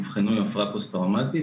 אובחנו עם הבחנה פוסט טראומטית.